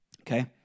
okay